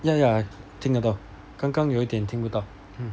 ya ya 听得到刚刚有点听不到